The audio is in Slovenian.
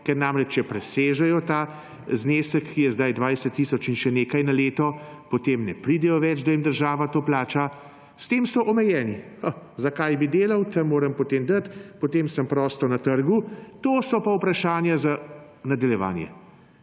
Namreč, če presežejo ta znesek, ki je sedaj 20 tisoč in še nekaj na leto, potem ne pridejo več do tega, da jim država to plača. S tem so omejeni. Zakaj bi delal, tam moram potem dati, potem sem prosto na trgu. To so pa vprašanja za nadaljevanje.